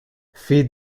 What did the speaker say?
feed